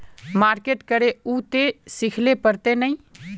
Market करे है उ ते सिखले पड़ते नय?